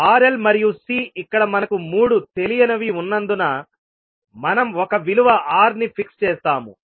R L మరియు C ఇక్కడ మనకు 3 తెలియనివి ఉన్నందున మనం ఒక విలువ R ని ఫిక్స్ చేస్తాము